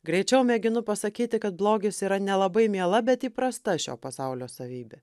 greičiau mėginu pasakyti kad blogis yra nelabai miela bet įprasta šio pasaulio savybė